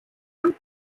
und